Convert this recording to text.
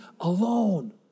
alone